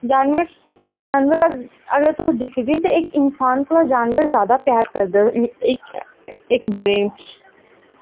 जानवर अगर तुस दिखगे ते इक इंसान कोला जानवर जादा प्यार करदा ऐ इक दुए गी